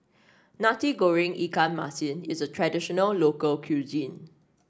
Nasi Goreng Ikan Masin is a traditional local cuisine